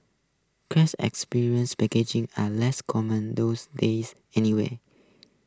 experience packages are less common those days anyway